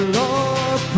lord